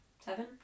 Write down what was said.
seven